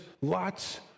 lots